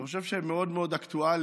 אני חושב שהם מאוד מאוד אקטואליים